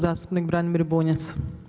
Zastupnik Branimir Bunjac.